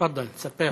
תפדל, תספר.